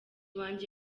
wanjye